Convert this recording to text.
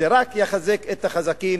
זה רק יחזק את החזקים,